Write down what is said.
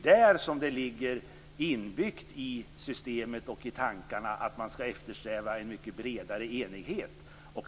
Där ligger det inbyggt i systemet och i tankarna att eftersträva en mycket bredare enighet.